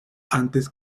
antes